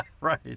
right